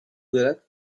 that